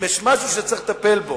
אם יש משהו שצריך לטפל בו,